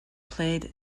played